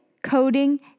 coding